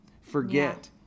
forget